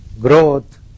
growth